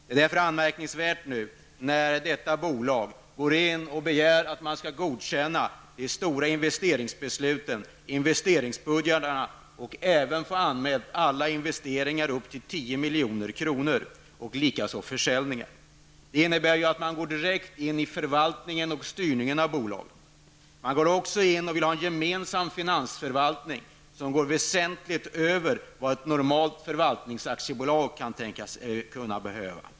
Det är därför anmärkningsvärt att bolaget begär att man skall godkänna de stora investeringsbesluten, investeringsbudgetarna samt få anmälda alla investeringar upp till 10 milj.kr., liksom försäljningar över 10 milj. Det innebär att man direkt går in i förvaltningen och styrningen av bolaget. Man går också in och vill ha en gemensam finansieringsförvaltning, som går väsentligt över vad ett normalt förvaltningsaktiebolag kan tänkas behöva.